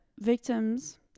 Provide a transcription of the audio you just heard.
victims